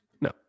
No